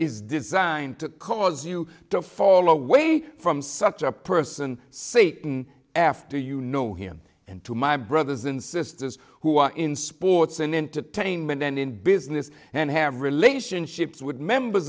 is designed to cause you to fall away from such a person see after you know him and to my brothers and sisters who are in sports and entertainment and in business and have relationships with members